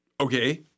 Okay